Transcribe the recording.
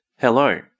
Hello